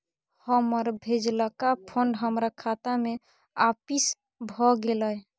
हमर भेजलका फंड हमरा खाता में आपिस भ गेलय